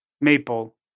Maple